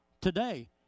today